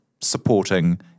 supporting